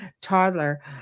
toddler